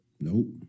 Nope